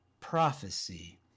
prophecy